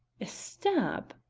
a stab?